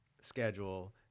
schedule